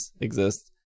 exist